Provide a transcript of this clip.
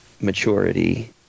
maturity